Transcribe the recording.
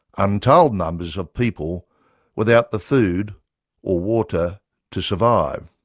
untold numbers of people without the food or water to survive.